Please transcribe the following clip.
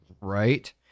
Right